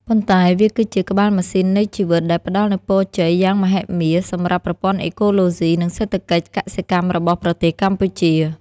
ប៉ុន្តែវាគឺជា ក្បាលម៉ាស៊ីននៃជីវិត ដែលផ្តល់នូវពរជ័យយ៉ាងមហិមាសម្រាប់ប្រព័ន្ធអេកូឡូស៊ី និងសេដ្ឋកិច្ចកសិកម្មរបស់ប្រទេសកម្ពុជា។